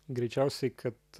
greičiausiai kad